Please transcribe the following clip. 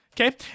Okay